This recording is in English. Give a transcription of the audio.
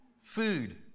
food